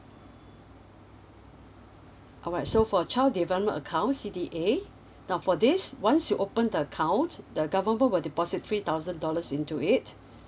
alright so for child development account C_D_A now for this once you open the account the government will deposit three thousand dollars into it